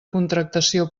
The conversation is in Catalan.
contractació